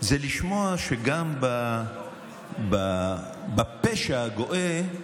לשמוע שגם בפשע הגואה,